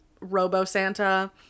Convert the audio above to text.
robo-Santa